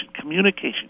communication